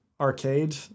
arcade